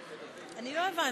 אני לא הבנתי.